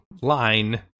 Line